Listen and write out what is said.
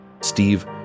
Steve